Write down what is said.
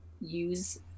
use